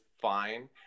fine